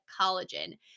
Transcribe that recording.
collagen